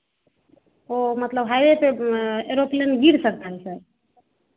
वो मतलब हाइवे पे एरोप्लेन गिर सकता है सर